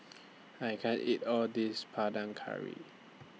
I can't eat All This Panang Curry